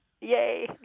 Yay